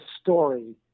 story